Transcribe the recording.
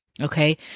Okay